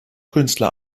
künstler